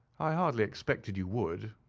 i hardly expected you would.